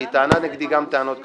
היא טענה נגדי גם טענות קשות.